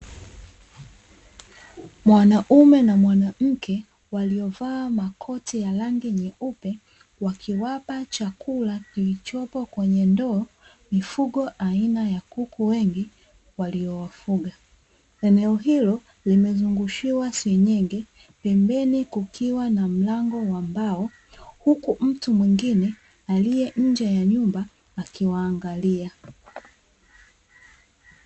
Mwaname na mwanamke waliovaa makoti ya rangi nyeupe, wakiwapa chakula kilichopo kwenye ndoo mifugo aina ya kuku wengi waliowafuga. Eneo hilo limezungushiwa senyenge, pembeni kukiwa na mlango wa mbao huku mtu mwingine aliye nje ya nyumba akiwaangalia.